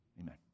amen